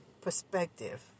perspective